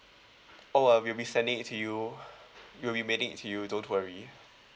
oh uh we'll be sending it to you we'll be mailing it to you don't worry